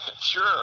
Sure